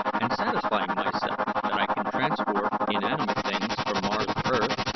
and satisfying myself that i can transport inanimate things from mars to earth,